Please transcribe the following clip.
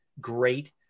great